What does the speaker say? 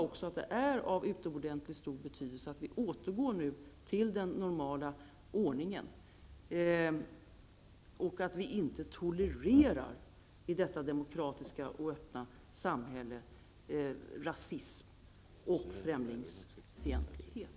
Det är därför av utomordentligt stor betydelse att vi återgår till den normala ordningen och att vi klart uttrycker att vi i detta demokratiska och öppna samhälle inte tolererar rasism och främlingsfientlighet.